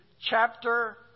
chapter